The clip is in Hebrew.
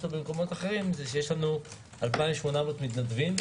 במקומות אחרים הוא שיש לנו 2,800 מתנדבים,